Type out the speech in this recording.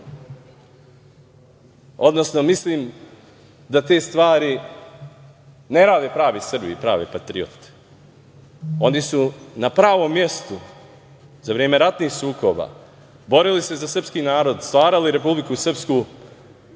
odnosno mislim da te stvari ne rade pravi Srbi i prave patriote, oni su na pravom mestu za vreme ratnih sukoba, borili se za srpski narod, stvarali Republiku Srpsku,